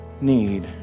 need